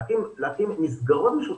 להתאים מסגרות משותפות.